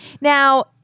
Now